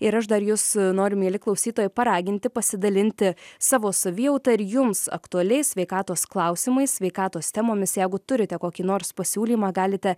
ir aš dar jus noriu mieli klausytojai paraginti pasidalinti savo savijauta ir jums aktualiais sveikatos klausimais sveikatos temomis jegu turite kokį nors pasiūlymą galite